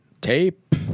Tape